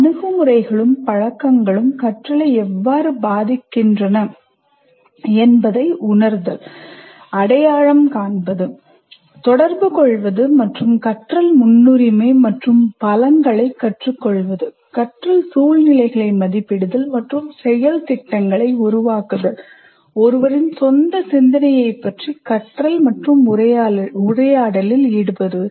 அணுகுமுறைகளும் பழக்கங்களும் கற்றலை எவ்வாறு பாதிக்கின்றன என்பதை உணர்தல் அடையாளம் காண்பது தொடர்பு கொள்வது மற்றும் கற்றலில் முன்னுரிமை மற்றும் பலங்களை கற்றுக்கொள்வது கற்றல் சூழ்நிலைகளை மதிப்பிடுதல் மற்றும் செயல் திட்டங்களை உருவாக்குதல் ஒருவரின் சொந்த சிந்தனையைப் பற்றி கற்றல் மற்றும் உரையாடலில் ஈடுபடுவது